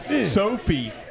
sophie